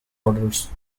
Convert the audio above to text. orders